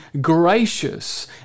gracious